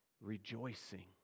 rejoicing